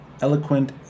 Eloquent